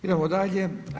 Idemo dalje.